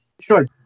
Sure